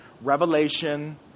Revelation